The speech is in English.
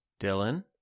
Dylan